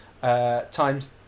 times